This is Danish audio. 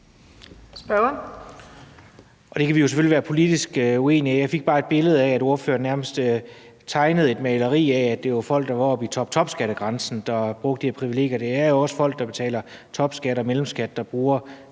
Kronborg (S): Det kan vi jo selvfølgelig være politisk uenige om. Jeg fik det indtryk, at ordføreren nærmest malede et maleri af, at det var folk, der var oppe over toptopskattegrænsen, der brugte de her privilegier. Det er også folk, der betaler topskat og mellemskat, der bruger